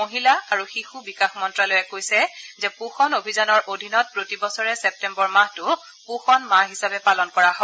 মহিলা আৰু শিশু বিকাশ মন্ত্যালয়ে কৈছে যে পোষণ অভিযানৰ অধীনত প্ৰতি বছৰে ছেপ্তেম্বৰ মাহটো পোষণ মাহ পালন কৰা হয়